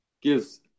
gives